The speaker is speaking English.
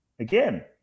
Again